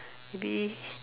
maybe